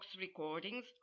recordings